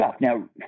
Now